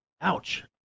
Ouch